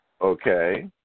okay